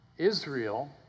Israel